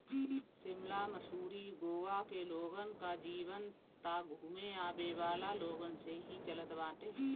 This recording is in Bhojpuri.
शिमला, मसूरी, गोवा के लोगन कअ जीवन तअ घूमे आवेवाला लोगन से ही चलत बाटे